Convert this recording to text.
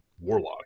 Warlock